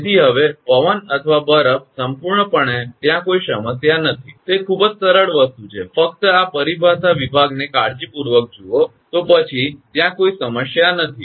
તેથી હવે પવન અથવા બરફ સંપૂર્ણપણે ત્યાં કોઈ સમસ્યા નથી તે ખૂબ જ સરળ વસ્તુ છે ફક્ત આ પરિભાષા વિભાગને કાળજીપૂર્વક જુઓ તો પછી ત્યાં કોઈ સમસ્યા નથી